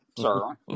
sorry